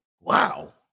Wow